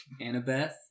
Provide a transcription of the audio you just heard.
Annabeth